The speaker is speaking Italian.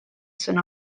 sono